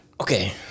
Okay